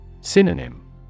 Synonym